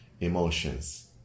emotions